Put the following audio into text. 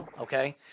Okay